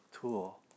tool